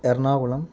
Ernakulam